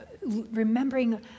remembering